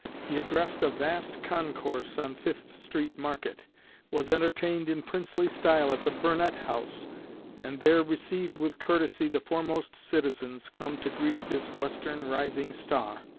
he addressed a vast concourse on fifth street market was entertained in princely style at the burnet house and there received with courtesy the foremost citizens, come to greet this western rising star.